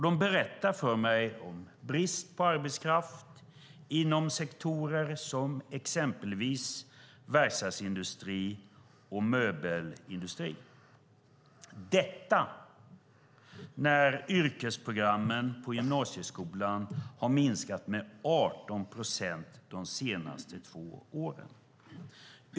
De berättar för mig om brist på arbetskraft inom sektorer som exempelvis verkstadsindustri och möbelindustri. Detta sker när yrkesprogrammen på gymnasieskolan har minskat med 18 procent de senaste två åren.